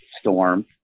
storm